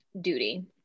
duty